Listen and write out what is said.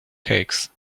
cakes